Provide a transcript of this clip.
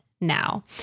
now